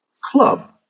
club